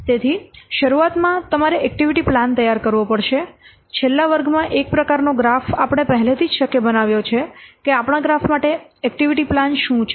તેથી શરૂઆતમાં તમારે એક્ટિવિટી પ્લાન તૈયાર કરવો પડશે છેલ્લા વર્ગમાં એક પ્રકારનો ગ્રાફ આપણે પહેલાથી જ શક્ય બનાવ્યો છે કે આપણા ગ્રાફ માટે એક્ટિવિટી પ્લાન શું છે